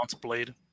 Blade